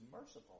merciful